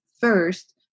first